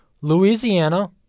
Louisiana